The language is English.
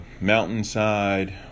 mountainside